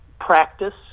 practice